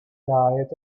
diet